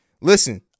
listen